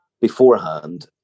beforehand